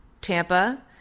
Tampa